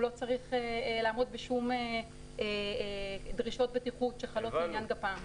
הוא לא צריך לעמוד בשום דרישות בטיחות שחלות לעניין גפ"מ.